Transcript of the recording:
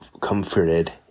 comforted